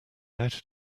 outed